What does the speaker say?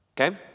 okay